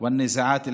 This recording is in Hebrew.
והסכסוכים המשפחתיים.